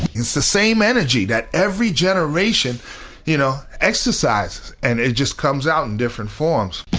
it's the same energy that every generation you know exercises and it just comes out in different forms